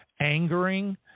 angering